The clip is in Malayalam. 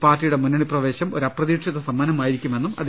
പാർട്ടിയുടെ മുന്നണി പ്രവേശം ഒരു അപ്ര തീക്ഷിത സമ്മാനമായിരിക്കുമെന്നും മാണി പറഞ്ഞു